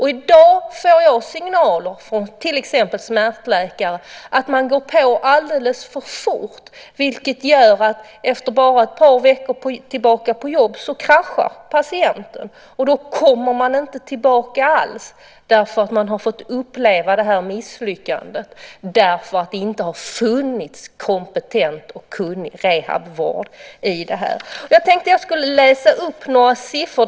I dag får jag signaler från till exempel smärtläkare att man går på alldeles för fort, vilket gör att efter bara ett par veckor tillbaka på jobbet kraschar patienten. Då kommer patienten inte alls tillbaka. Man har fått uppleva misslyckandet eftersom det inte har funnits kompetent och kunnig rehabvård. Jag tänkte läsa upp några siffror.